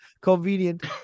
Convenient